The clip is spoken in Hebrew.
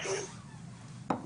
זה על